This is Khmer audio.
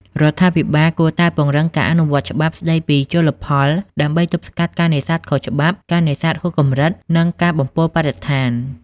រដ្ឋាភិបាលគួរតែពង្រឹងការអនុវត្តច្បាប់ស្តីពីជលផល ដើម្បីទប់ស្កាត់ការនេសាទខុសច្បាប់ ការនេសាទហួសកម្រិត និងការបំពុលបរិស្ថាន។